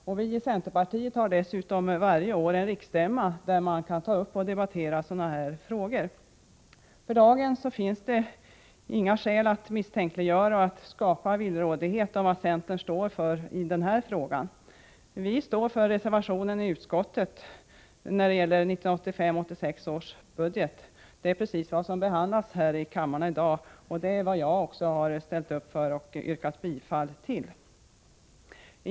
Vi har i centerpartiet dessutom varje år en riksstämma, där man kan ta upp och debattera sådana här frågor. Det finns inga skäl att misstänkliggöra och skapa villrådighet i frågan om vad centern står för i detta sammanhang i dag. Vi står för reservationen i utskottet när det gäller 1985/86 års budget. Det är precis vad som behandlas här i kammaren i dag, och det är också den reservationen som jag har ställt upp för och yrkat bifall till.